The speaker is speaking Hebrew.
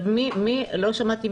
לא שמעתי.